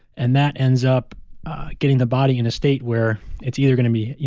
and that ends up getting the body in a state where it's either going to be,